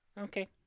Okay